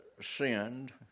sinned